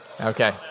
okay